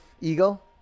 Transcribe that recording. Eagle